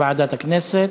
ועדת הכנסת.